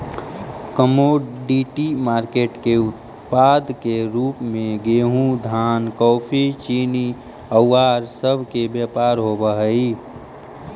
commodity market के उत्पाद के रूप में गेहूं धान कॉफी चीनी औउर सब के व्यापार होवऽ हई